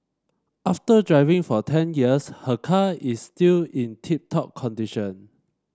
after driving for ten years her car is still in tip top condition